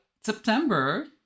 September